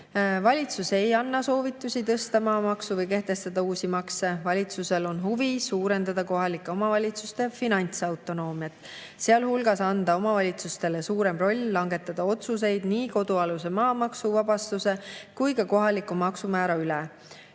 Valitsus ei anna soovitusi tõsta maamaksu või kehtestada uusi makse. Valitsusel on huvi suurendada kohalike omavalitsuste finantsautonoomiat, sealhulgas anda omavalitsustele suurem roll langetada otsuseid nii kodualuse maa maksuvabastuse kui ka kohaliku maksumäära üle.